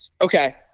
Okay